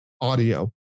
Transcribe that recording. audio